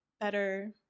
better